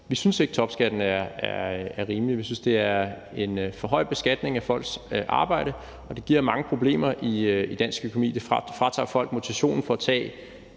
Vi synes ikke, topskatten er rimelig. Vi synes, det er en for høj beskatning af folks arbejde, og det giver mange problemer i dansk økonomi. Det fratager folk motivationen til lige